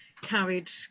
carried